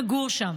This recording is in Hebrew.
נגור שם,